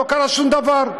לא קרה שום דבר.